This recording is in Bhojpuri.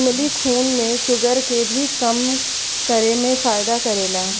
इमली खून में शुगर के भी कम करे में फायदा करेला